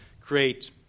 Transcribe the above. create